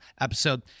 episode